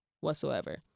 whatsoever